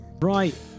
right